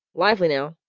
lively, now!